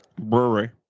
Brewery